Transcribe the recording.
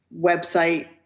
website